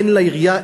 אין לעירייה,